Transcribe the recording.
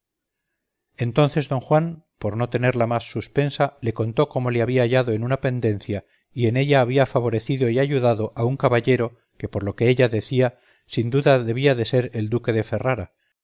entonces don juan por no tenerla más suspensa le contó cómo le había hallado en una pendencia y en ella había favorecido y ayudado a un caballero que por lo que ella decía sin duda debía de ser el duque de ferrara